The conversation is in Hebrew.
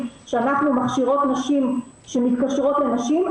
שאנחנו מכשירות נשים שמתקשרות לנשים,